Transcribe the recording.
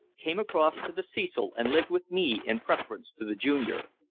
came across to the cecil and lived with me in preference to the junior.